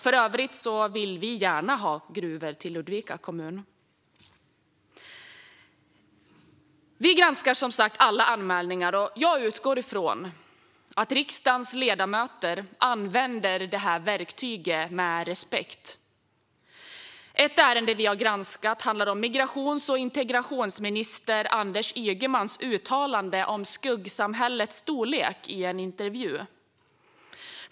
För övrigt vill vi gärna ha gruvor i Ludvika kommun. Vi granskar som sagt alla anmälningar, och jag utgår från att riksdagens ledamöter använder detta verktyg med respekt. Ett ärende vi granskat handlar om migrations och integrationsminister Anders Ygemans uttalande om skuggsamhällets storlek under en intervju.